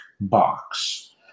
box